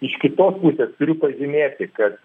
iš kitos pusėsturiu pažymėti kad